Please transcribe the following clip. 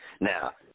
Now